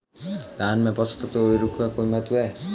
धान में पोषक तत्वों व उर्वरक का कोई महत्व है?